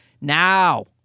now